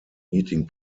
meeting